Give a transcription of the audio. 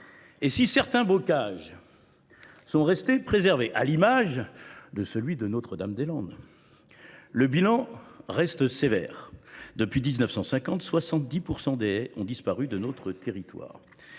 Si certains bocages ont été préservés, comme celui de Notre Dame des Landes, le bilan reste sévère. Depuis 1950, 70 % des haies ont disparu de notre territoire.